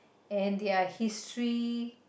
and their history